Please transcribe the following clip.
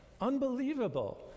Unbelievable